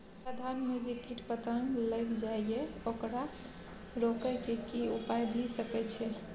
हमरा धान में जे कीट पतंग लैग जाय ये ओकरा रोके के कि उपाय भी सके छै?